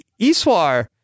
iswar